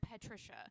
Patricia